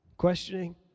Questioning